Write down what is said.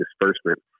disbursement